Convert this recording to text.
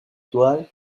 toile